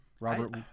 Robert